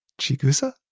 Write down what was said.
Chigusa